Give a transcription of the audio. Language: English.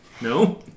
no